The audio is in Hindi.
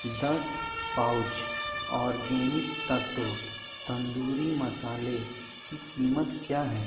दस पाउच आर्गेनिक तत्त्व तंदूरी मसाले की कीमत क्या है